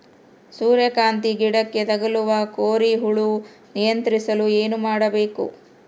ಸೂರ್ಯಕಾಂತಿ ಗಿಡಕ್ಕೆ ತಗುಲುವ ಕೋರಿ ಹುಳು ನಿಯಂತ್ರಿಸಲು ಏನು ಮಾಡಬೇಕು?